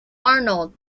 arnold